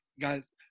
guys